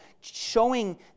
showing